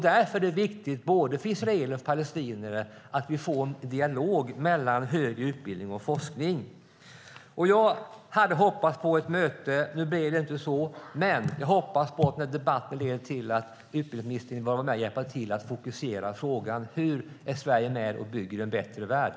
Därför är det viktigt både för israeler och för palestinier att vi får en dialog om högre utbildning och forskning. Jag hade hoppats på ett möte, men nu blev det inte så. Jag hoppas ändå att den här debatten leder till att utbildningsministern vill vara med och hjälpa till att fokusera på frågan: Hur är Sverige med och bygger en bättre värld?